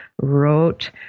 wrote